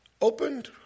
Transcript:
Opened